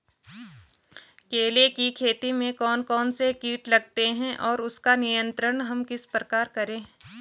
केले की खेती में कौन कौन से कीट लगते हैं और उसका नियंत्रण हम किस प्रकार करें?